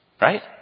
Right